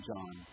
John